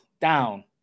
down